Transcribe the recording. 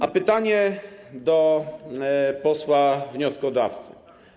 A pytanie mam do posła wnioskodawcy.